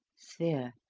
sphere.